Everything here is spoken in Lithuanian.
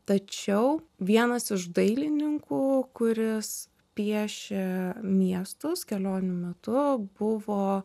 tačiau vienas iš dailininkų kuris piešė miestus kelionių metu buvo